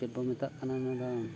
ᱪᱮᱫᱵᱚᱱ ᱢᱮᱛᱟᱜ ᱠᱟᱱᱟ ᱚᱱᱟ ᱫᱚ